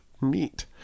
meat